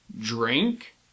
drink